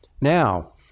Now